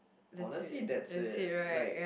honestly that's it like